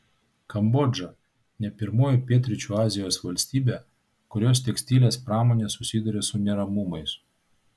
kambodža ne pirmoji pietryčių azijos valstybė kurios tekstilės pramonė susiduria su neramumais